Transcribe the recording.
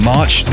March